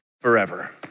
forever